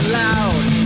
loud